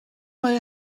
mae